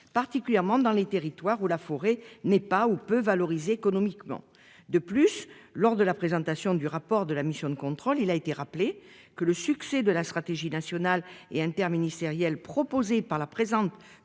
Particulièrement dans les territoires où la forêt n'est pas ou peu valorisé économiquement de plus lors de la présentation du rapport de la mission de contrôle. Il a été rappelé que le succès de la stratégie nationale et interministérielle, proposée par la présente,